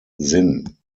sinn